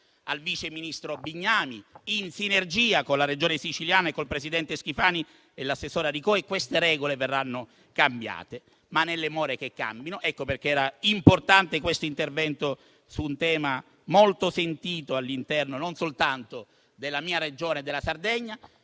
al vice ministro Bignami, in sinergia con la Regione Sicilia, col presidente Schifani e l'assessore Aricò, e queste regole verranno modificate. Tuttavia, nelle more che esse cambino, era importante intervenire su un tema molto sentito all'interno non soltanto della mia Regione e della Sardegna,